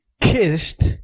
kissed